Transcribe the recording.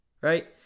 right